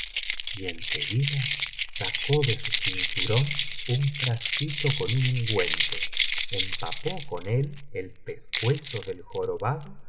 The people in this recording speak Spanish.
y en seguida sacó ele su citurón un frasquito con un ungüento empapó con él el pescuezo del jorobado